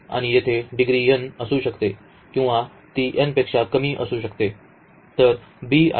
तर आणि येथे डिग्री n असू शकते किंवा ती n पेक्षा कमी असू शकते तर b आणि